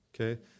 Okay